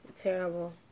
Terrible